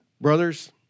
Brothers